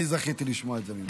אני זכיתי לשמוע את זה ממנו.